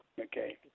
Okay